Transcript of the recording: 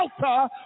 shelter